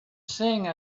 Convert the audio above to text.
sing